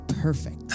perfect